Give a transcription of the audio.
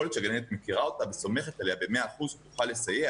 יכול להיות שהגננת מכירה אותה וסומכת עליה במאה אחוז שתוכל לסייע,